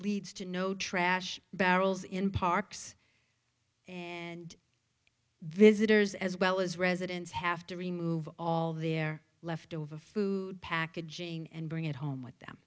leads to no trash barrels in parks and visitors as well as residents have to remove all their leftover food packaging and bring it home with them